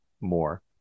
more